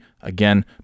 Again